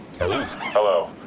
Hello